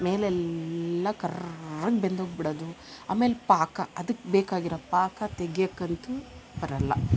ಮೇಲೆಲ್ಲ ಕರ್ರುಗೆ ಬೆಂದೋಗೆ ಬಿಡೋದು ಆಮೇಲೆ ಪಾಕ ಅದಕ್ಕೆ ಬೇಕಾಗಿರೊ ಪಾಕ ತೆಗಿಯಕ್ಕಂತೂ ಬರಲ್ಲ